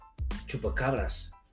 chupacabras